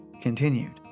continued